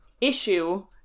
issue